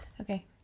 Okay